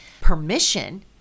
permission